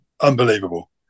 unbelievable